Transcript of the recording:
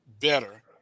better